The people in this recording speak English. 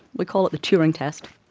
we call it the turing test.